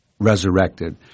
resurrected